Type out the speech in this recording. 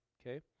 okay